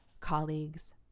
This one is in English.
Colleagues